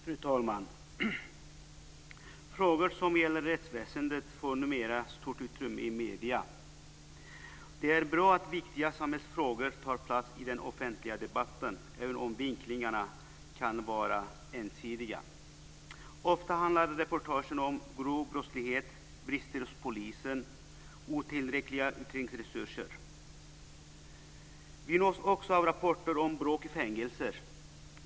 Fru talman! Frågor som gäller rättsväsendet får numera stort utrymme i medierna. Det är bra att viktiga samhällsfrågor tar plats i den offentliga debatten, även om vinklingarna kan vara ensidiga. Ofta handlar reportagen om grov brottslighet, brister hos polisen och otillräckliga utredningsresurser. Vi nås också av rapporter om bråk i fängelser.